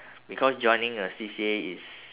because joining a C_C_A is